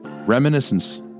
Reminiscence